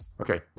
Okay